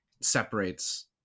separates